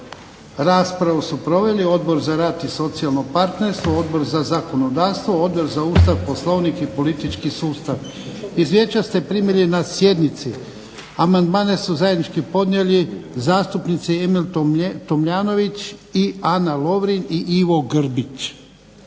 Raspravu su proveli Odbor za rad i socijalno partnerstvo, Odbor za zakonodavstvo, Odbor za Ustav, Poslovnik i politički sustav. Izvješća ste primili na sjednici. Amandmane su zajednički podnijeli zastupnici Emil Tomljanović i Ana Lovrin i Ivo Grbić.